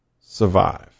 survive